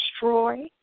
destroy